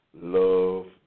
love